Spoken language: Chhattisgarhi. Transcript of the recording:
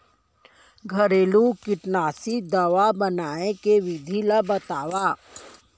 घरेलू कीटनाशी दवा बनाए के विधि ला बतावव?